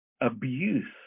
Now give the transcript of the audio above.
abuse